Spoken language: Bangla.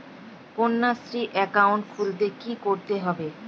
কন্যাশ্রী একাউন্ট খুলতে কী করতে হবে?